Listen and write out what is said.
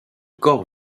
corps